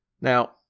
Now